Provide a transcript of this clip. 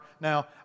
Now